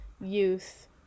youth